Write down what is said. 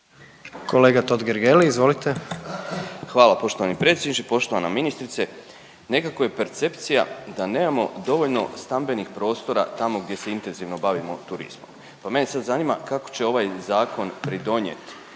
**Totgergeli, Miro (HDZ)** Hvala poštovani predsjedniče. Poštovana ministrice, nekako je percepcija da nemamo dovoljno stambenih prostora tamo gdje se intenzivno bavimo turizmom, pa mene sad zanima kako će ovaj zakon pridonjeti